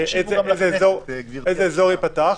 איזה אזור ייפתח,